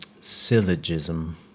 Syllogism